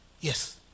Yes